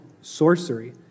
sorcery